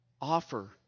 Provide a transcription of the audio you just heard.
offer